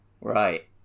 Right